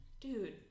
Dude